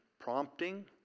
prompting